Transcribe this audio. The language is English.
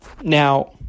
Now